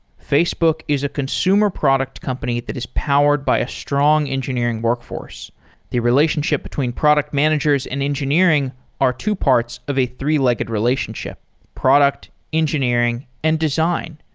facebook is a consumer product company that is powered by a strong engineering workforce the relationship between product managers and engineering are two parts of a three-legged relationship product, engineering and design.